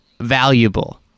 valuable